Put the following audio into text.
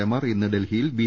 എമാർ ഇന്ന് ഡൽഹിയിൽ ബി